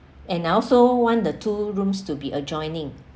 and I also want the two rooms to be adjoining